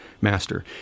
master